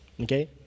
Okay